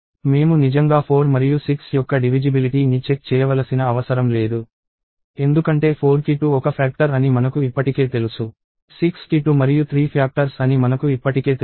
మేము నిజంగా 4 మరియు 6 యొక్క డివిజిబిలిటీ ని చెక్ చేయవలసిన అవసరం లేదు ఎందుకంటే 4కి 2 ఒక ఫ్యాక్టర్ అని మనకు ఇప్పటికే తెలుసు 6కి 2 మరియు 3 ఫ్యాక్టర్స్ అని మనకు ఇప్పటికే తెలుసు